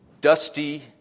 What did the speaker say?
dusty